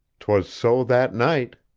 twas so, that night.